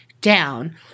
down